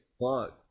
fuck